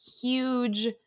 huge